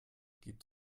gibt